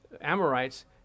Amorites